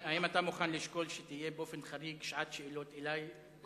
אתה שואל שאלות את ראש הממשלה, פה אתה שר.